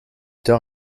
tard